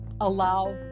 allow